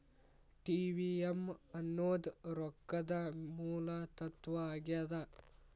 TVM ಅನ್ನೋದ್ ರೊಕ್ಕದ ಮೂಲ ತತ್ವ ಆಗ್ಯಾದ